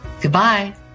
Goodbye